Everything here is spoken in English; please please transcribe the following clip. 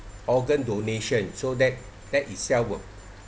organ donation so that that itself would